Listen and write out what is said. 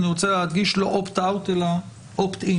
אני רוצה להדגיש, לא אופט-אאוט אלא אופט-אין.